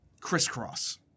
Crisscross